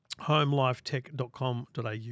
Homelifetech.com.au